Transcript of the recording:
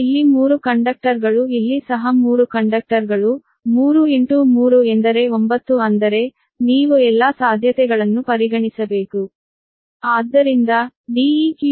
ಇಲ್ಲಿ 3 ಕಂಡಕ್ಟರ್ಗಳು ಇಲ್ಲಿ ಸಹ 3 ಕಂಡಕ್ಟರ್ಗಳು 3 3 ಎಂದರೆ 9 ಅಂದರೆ ನೀವು ಎಲ್ಲಾ ಸಾಧ್ಯತೆಗಳನ್ನು ಪರಿಗಣಿಸಬೇಕು